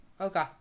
Okay